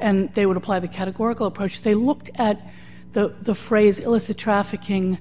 and they would apply the categorical approach they looked at the the phrase illicit trafficking